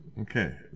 Okay